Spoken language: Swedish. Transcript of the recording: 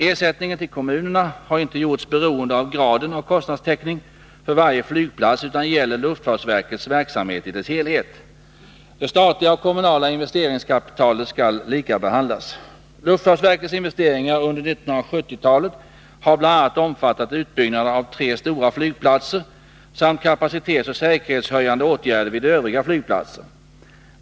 Ersättningen till kommunerna har inte gjorts beroende av graden av kostnadstäckning för varje flygplats utan gäller luftfartsverkets verksamhet i dess helhet. Det statliga och kommunala investeringskapitalet skall likabehandlas. Luftfartsverkets investeringar under 1970-talet har bl.a. omfattat utbyggnad av tre stora flygplatser samt kapacitetsoch säkerhetshöjande åtgärder vid övriga flygplatser.